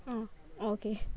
oh orh okay